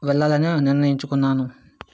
వెళ్ళాలని నిర్ణయించుకున్నాను